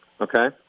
okay